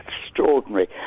extraordinary